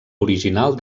original